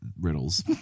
riddles